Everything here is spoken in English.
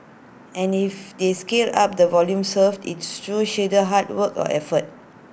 and if they scale up the volume served it's through sheer hard work and effort